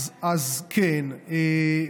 אז כן,